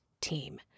team